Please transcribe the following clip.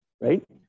right